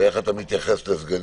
איך אתה מתייחס לסגנים,